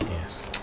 Yes